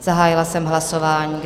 Zahájila jsem hlasování.